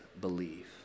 believe